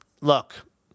look